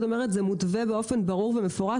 את אומרת שזה מותווה באופן ברור ומפורש.